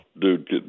Dude